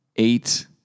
Eight